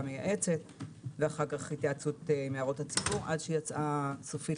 מייעצת ואחר כך התייעצות עם הערות הציבור עד שיצאה סופית